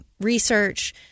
research